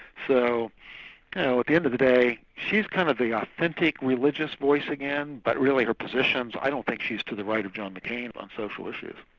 so you know at the end of the day she's kind of the authentic religious voice again but really her positions, i don't think she's to the right of john mccain on social issues.